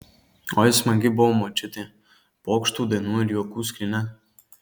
oi smagi buvo močiutė pokštų dainų ir juokų skrynia